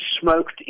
smoked